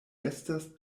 estas